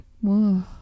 whoa